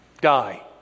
die